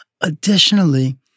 Additionally